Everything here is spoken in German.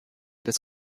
des